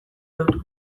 lotu